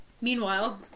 Meanwhile